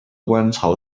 鹅观草